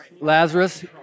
Lazarus